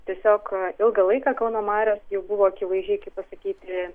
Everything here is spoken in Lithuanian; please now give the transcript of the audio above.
tiesiog ilgą laiką kauno marios jau buvo akivaizdžiai kaip pasakyti